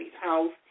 house